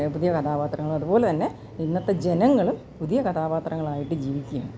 പുതിയ കഥാപാത്രങ്ങള് അത്പോലെതന്നെ ഇന്നത്തെ ജനങ്ങളും പുതിയ കഥാപാത്രങ്ങളായിട്ട് ജീവിക്കും